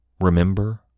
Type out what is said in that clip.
Remember